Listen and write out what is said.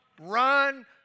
Run